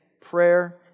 prayer